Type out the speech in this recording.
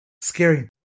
scary